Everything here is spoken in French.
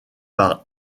par